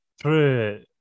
True